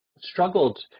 struggled